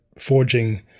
forging